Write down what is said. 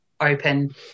open